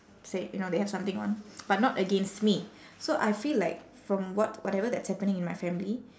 say you know they have something on but not against me so I feel like from what whatever that's happening in my family